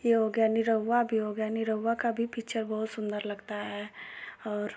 ये हो गया निरहुआ भी हो गया निरहुआ का भी पिक्चर बहुत सुन्दर लगता है और